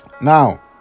now